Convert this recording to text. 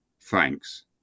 Thanks